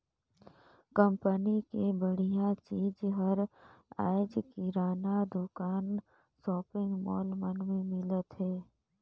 company के बड़िहा चीज हर आयज किराना दुकान, सॉपिंग मॉल मन में मिलत हे